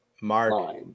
Mark